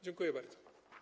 Dziękuję bardzo.